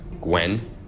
Gwen